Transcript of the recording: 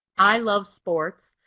i love sports.